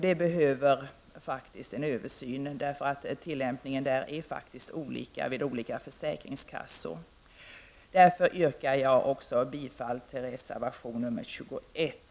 Det behövs faktiskt en översyn. Tillämpningen är olika vid olika försäkringskassor. Jag yrkar bifall till reservation 21.